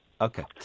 Okay